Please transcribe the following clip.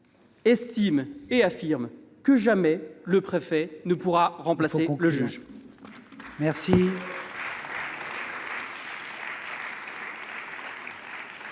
affirme que, jamais, le préfet ne pourra remplacer le juge